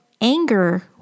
anger